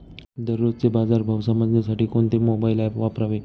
दररोजचे बाजार भाव समजण्यासाठी कोणते मोबाईल ॲप वापरावे?